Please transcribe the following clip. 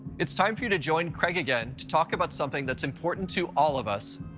it's time for you to join craig again to talk about something that's important to all of us.